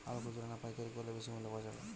আলু খুচরা না পাইকারি করলে বেশি মূল্য পাওয়া যাবে?